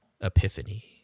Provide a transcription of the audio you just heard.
Epiphany